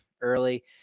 early